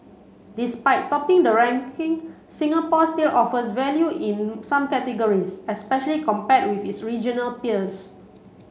despite topping the ranking Singapore still offers value in some categories especially compared with its regional peers